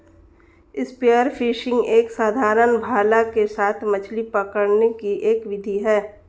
spear fishing एक साधारण भाला के साथ मछली पकड़ने की एक विधि है